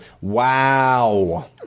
wow